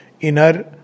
inner